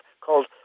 called